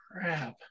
crap